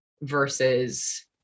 Versus